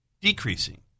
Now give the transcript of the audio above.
decreasing